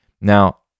Now